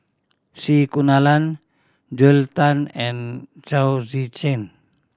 C Kunalan Joel Tan and Chao Tzee Cheng